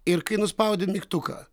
ir kai nuspaudi mygtuką